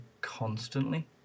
constantly